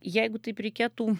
jeigu taip reikėtų